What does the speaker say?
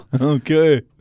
Okay